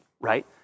right